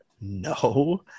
No